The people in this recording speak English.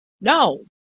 No